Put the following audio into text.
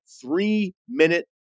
three-minute